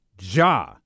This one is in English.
Ja